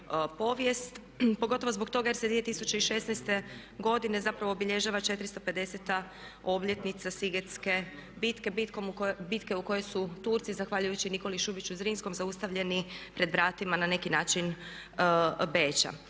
pogotovo zbog toga jer se 2016. godine zapravo obilježava 450.-ta obljetnica Sigetske bitke, bitke u kojoj su Turci zahvaljujući Nikoli Šubiću Zrinskom zaustavljeni pred vratima na neki način Beča.